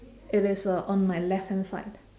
it is uh on my left hand side